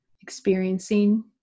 experiencing